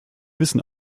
wissen